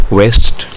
west